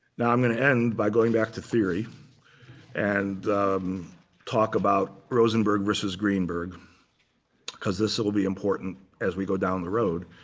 now i'm going to end by going back to theory and talk about rosenberg versus greenberg because this will be important as we go down the road.